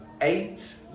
eight